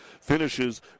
finishes